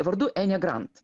vardu enė grant